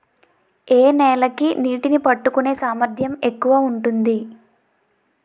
ఏ నేల కి నీటినీ పట్టుకునే సామర్థ్యం ఎక్కువ ఉంటుంది?